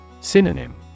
Synonym